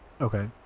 Okay